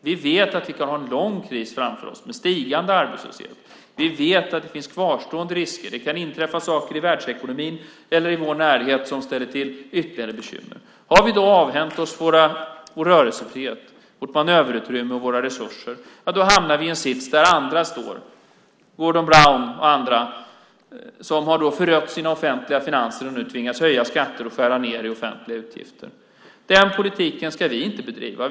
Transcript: Vi vet att vi kan ha en lång kris framför oss med stigande arbetslöshet. Vi vet att det finns kvarstående risker. Det kan inträffa saker i världsekonomin eller i vår närhet som ställer till ytterligare bekymmer. Har vi då avhänt oss vår rörelsefrihet, vårt manöverutrymme och våra resurser, ja då hamnar vi i en sits som Gordon Brown och andra som har förött sina offentliga finanser och nu tvingas höja skatter och skära ned i offentliga utgifter. Den politiken ska vi inte bedriva.